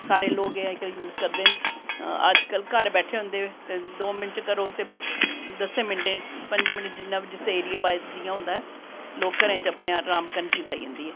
सारे लोग एह् अज्जकल यूज़ करदे न अज्जकल घर बैठे दे होंदे ते दौ मिंट च करो ते दस्सें मिंटें पंञे मिंटें च जिस एरिया बायज़ जियां होंदा ऐ लोक घरें च राम कन्नै चीज़ आई जंदी ऐ